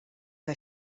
que